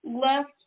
left